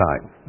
time